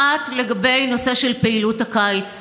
אחת לגבי נושא של פעילות הקיץ.